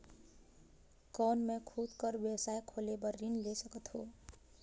कौन मैं खुद कर व्यवसाय खोले बर ऋण ले सकत हो?